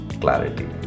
Clarity